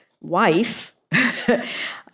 wife